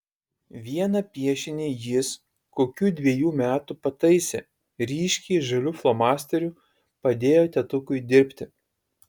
vieną piešinį jis kokių dvejų metų pataisė ryškiai žaliu flomasteriu padėjo tėtukui dirbti